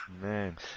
Man